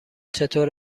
چطور